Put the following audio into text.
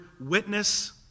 witness